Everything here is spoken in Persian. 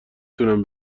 تونم